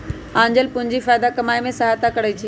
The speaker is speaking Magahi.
आंचल पूंजी फयदा कमाय में सहयता करइ छै